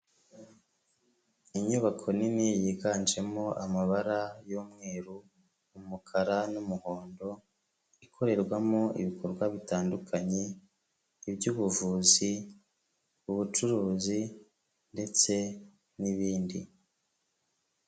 Inyubako nini yiganjemo amabara y'umweru, umukara n'umuhondo, ikorerwamo ibikorwa bitandukanye, iby'ubuvuzi, ubucuruzi ndetse n'ibindi.